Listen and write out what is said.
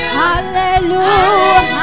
hallelujah